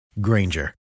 Granger